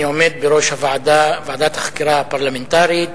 אני עומד בראש ועדת החקירה הפרלמנטרית,